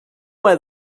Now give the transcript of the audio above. where